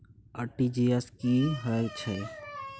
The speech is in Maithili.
आर.टी.जी एस की है छै?